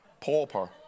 Pauper